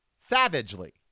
savagely